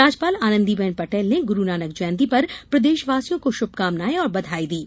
राज्यपाल आनंदीबेन पटेल ने गुरूनानक जयंती पर प्रदेशवासियों को शुभकामनाएं और बघाई दी है